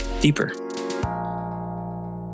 deeper